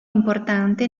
importante